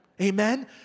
Amen